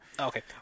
Okay